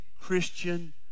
Christian